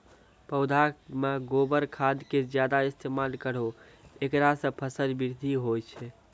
पौधा मे गोबर खाद के ज्यादा इस्तेमाल करौ ऐकरा से फसल बृद्धि होय छै?